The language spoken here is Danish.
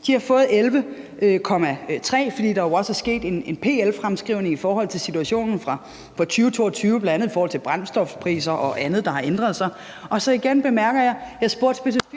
De har fået 11,3 mio. kr., fordi der jo også er sket PL-fremskrivning i forhold til situationen fra 2022, bl.a. i forhold til brændstofpriser og andet, der har ændret sig. Og så igen bemærker jeg: Jeg spurgte specifikt